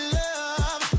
love